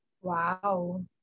wow